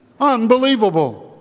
Unbelievable